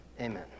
Amen